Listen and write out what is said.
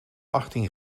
achttien